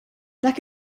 dak